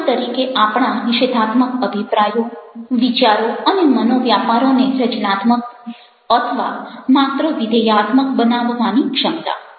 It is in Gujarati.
માનવ તરીકે આપણા નિષેધાત્મક અભિપ્રાયો વિચારો અને મનોવ્યાપારોને રચનાત્મક અથવા માત્ર વિધેયાત્મક બનાવવાની ક્ષમતા